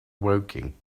woking